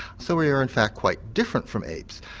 so we are in fact quite different from apes,